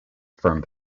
firm